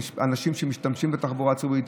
באנשים שמשתמשים בתחבורה הציבורית.